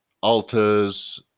altars